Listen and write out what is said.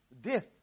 death